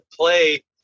play